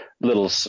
little